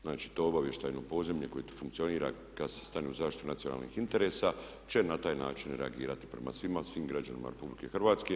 Znači, to obavještajni poziv koji to funkcionira kad se stane u zaštitu nacionalnih interesa će na taj način reagirati prema svima, svim građanima RH.